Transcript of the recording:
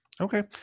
Okay